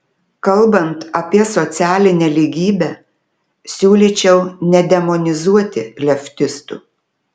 kalbant apie socialinę lygybę siūlyčiau nedemonizuoti leftistų